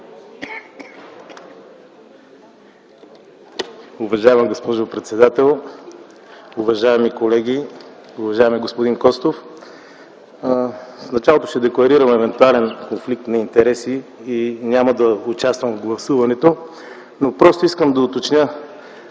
Уважаема госпожо председател, уважаеми колеги, уважаеми господин Костов! В началото ще декларирам евентуален конфликт на интереси и че няма да участвам в гласуването. Искам да уточня